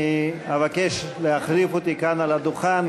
אני אבקש להחליף אותי כאן, על הדוכן.